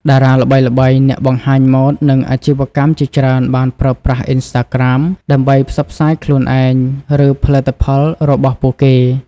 តារាល្បីៗ អ្នកបង្ហាញម៉ូត និងអាជីវកម្មជាច្រើនបានប្រើប្រាស់ អ៊ិនស្តាក្រាម ដើម្បីផ្សព្វផ្សាយខ្លួនឯង ឬផលិតផលរបស់ពួកគេ។